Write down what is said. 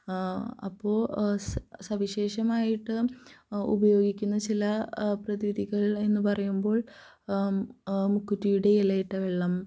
അപ്പോള് സവിശേഷമായിട്ട് ഉപയോഗിക്കുന്ന ചില പ്രതിവിധികള് എന്നു പറയുമ്പോള് മുക്കുറ്റിയുടെ ഇലയിട്ട വെള്ളം